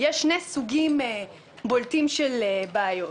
יש שני סוגים בולטים של בעיות.